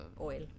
oil